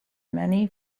many